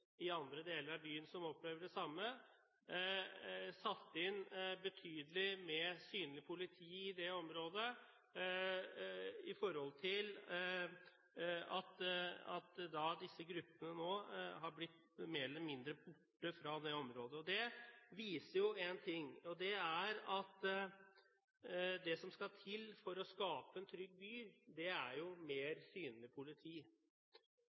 i andre deler av byen som opplever det samme. Det er satt inn betydelig med synlig politi, slik at disse gruppene nå har blitt mer eller mindre borte fra området. Det viser jo én ting, og det er at det som skal til for å skape en trygg by, er mer synlig politi,